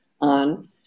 on